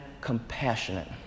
compassionate